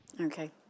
Okay